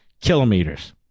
kilometers